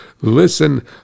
Listen